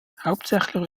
hauptsächlich